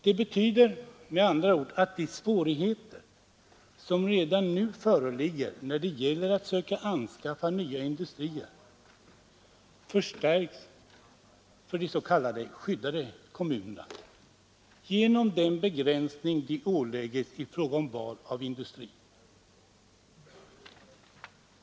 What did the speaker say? Det betyder med andra ord att de svårigheter som redan nu föreligger när det gäller att söka anskaffa nya industrier förstärks för de s.k. ”skyddade” kommunerna genom den begränsning de åläggs i fråga om val av industri.